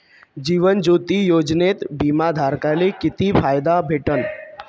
जीवन ज्योती योजनेत बिमा धारकाले किती फायदा भेटन?